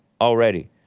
already